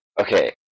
Okay